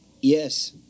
Yes